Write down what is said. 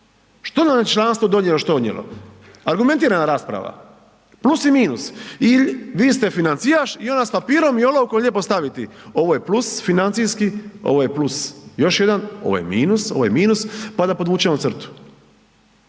što nam je članstvo donijelo, što odnijelo, argumentirana rasprava, plus i minus i vi ste financijaš i onda s papirom i olovkom lijepo staviti ovo je plus financijski, ovo je plus još jedan, ovo je minus, ovo je minus, pa da podvučemo crtu